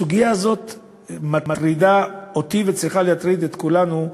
הסוגיה הזאת מטרידה אותי וצריכה להטריד את כולנו,